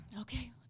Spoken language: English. okay